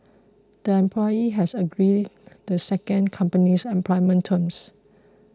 the employee has to agree the second company's employment terms